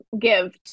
give